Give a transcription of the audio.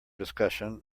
discussion